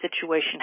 situation